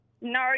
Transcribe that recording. No